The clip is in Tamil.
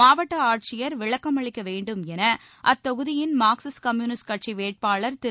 மாவட்ட ஆட்சியர் விளக்கமளிக்க வேண்டும் என அத்தொகுதியின் மார்க்சிஸ்ட் கம்யூனிஸ்ட் கட்சி வேட்பாளர் திரு